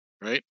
right